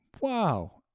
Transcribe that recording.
wow